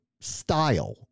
style